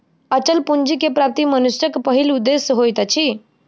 अचल पूंजी के प्राप्ति मनुष्यक पहिल उदेश्य होइत अछि